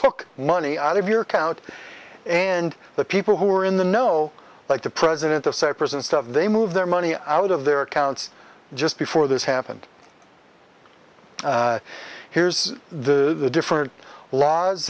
took money out of your account and the people who were in the know like the president of cyprus and stuff they moved their money out of their accounts just before this happened here's the different laws